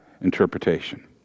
interpretation